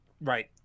right